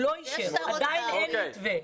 עדיין אין מתווה.